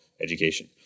education